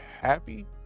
happy